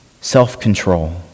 self-control